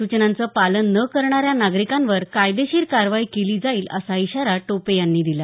सूचनांचं पालन न करणाऱ्या नागरिकांवर कायदेशीर कारवाई केली जाईल असा इशारा टोपे यांनी दिला